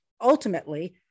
ultimately